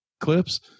clips